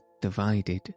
divided